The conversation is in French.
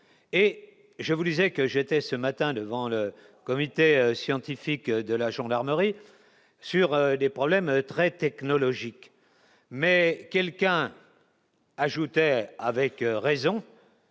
et je vous disais que j'étais ce matin devant le comité scientifique de la gendarmerie sur des problèmes très technologique, mais quelqu'un ajoutait avec raison.